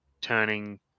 turning